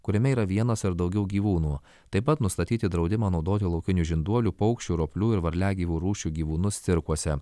kuriame yra vienas ar daugiau gyvūnų taip pat nustatyti draudimą naudoti laukinių žinduolių paukščių roplių ir varliagyvių rūšių gyvūnus cirkuose